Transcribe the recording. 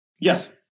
Yes